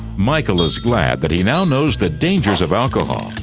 michael is glad that he now knows the dangers of alcohol,